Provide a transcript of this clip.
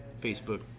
Facebook